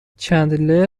چندلر